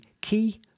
key